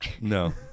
no